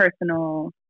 personal